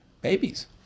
Babies